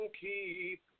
keep